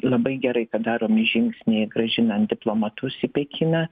labai gerai kad daromi žingsniai grąžinan diplomatus į pekiną